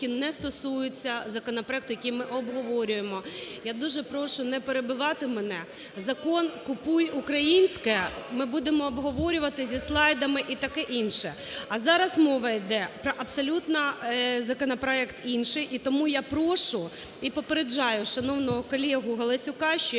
Я дуже прошу не перебивати мене! Закон "Купуй українське" ми будемо обговорювати зі слайдами і таке інше. А зараз мова йде про абсолютно законопроект інший. І тому я прошу і попереджаю шановного колегу Галасюка, що як тільки ви ще